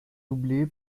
doublée